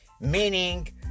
meaning